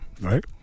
right